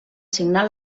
signar